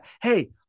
Hey